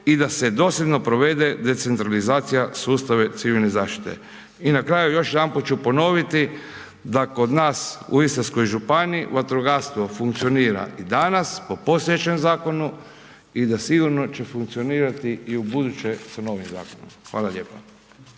i da se dosljedno provede decentralizacija sustava civilne zaštite. I na kraju još jedanput ću ponoviti da kod nas u Istarskoj županiji vatrogastvo funkcionira i danas po postojećem zakonu i da sigurno će funkcionirati u buduće sa novim zakonom. Hvala lijepa.